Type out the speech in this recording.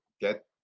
get